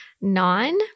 nine